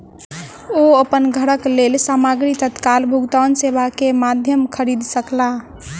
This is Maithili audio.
ओ अपन घरक लेल सामग्री तत्काल भुगतान सेवा के माध्यम खरीद सकला